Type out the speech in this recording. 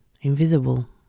Invisible